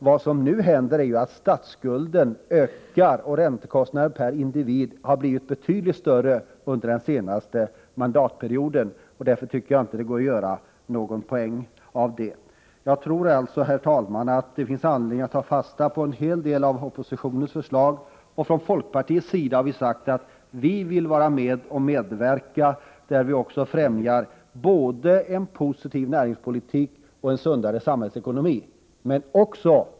Vad som nu händer är att statsskulden ökar och att räntekostnaderna per individ har blivit betydligt större än under den senaste mandatperioden. Därför tycker jag inte att det går att göra någon poäng av detta. Jag tror, herr talman, att det finns anledning att ta fasta på en hel del i oppositionens förslag. Från folkpartiets sida har vi sagt att vi vill vara med och främja både en positiv näringsutveckling och en sundare samhällsekonomi.